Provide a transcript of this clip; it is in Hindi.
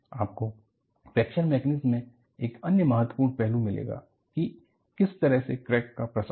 आपको फ्रैक्चर मैकेनिक्स में एक अन्य महत्वपूर्ण पहलू मिलेगा कि किस तरह से क्रैक का प्रसार होगा